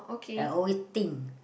I always think